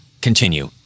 Continue